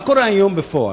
מה קורה היום בפועל,